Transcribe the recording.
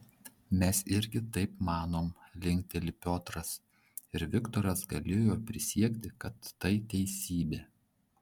mes irgi taip manom linkteli piotras ir viktoras galėjo prisiekti kad tai teisybė